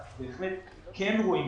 אנחנו בהחלט כן רואים,